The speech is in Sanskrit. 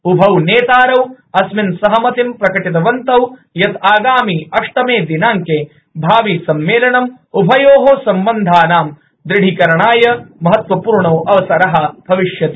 उभौ नेतारौ अस्मिन् सहमतिं प्रकटितवन्तौ यत् आगामि अष्टमे दिनाड्के भाविसम्मेलनम् उभयोः सम्बन्धानां दृढीकरणाय महत्वपूर्णः अवसरः भविष्यति